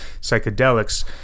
psychedelics